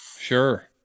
Sure